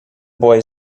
boy